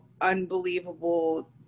unbelievable